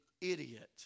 idiot